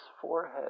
forehead